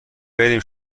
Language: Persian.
بریم